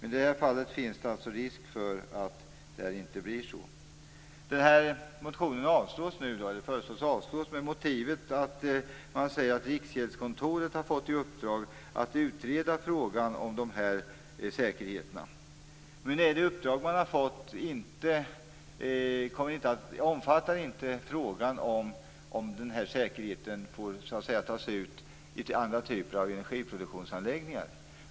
I det här fallet finns det alltså risk för att det inte blir så. Den här motionen föreslås få avslag. Motivet är, säger man, att Riksgäldskontoret har fått i uppdrag att utreda frågan om de här säkerheterna. Nu omfattar inte det uppdrag som Riksgäldskontoret har fått frågan om huruvida den här säkerheten får tas ut i andra typer av energiproduktionsanläggningar.